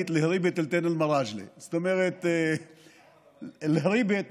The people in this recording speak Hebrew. שבאמת עומד מאחורי היום הזה כבר הרבה שנים,